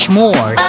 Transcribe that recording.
more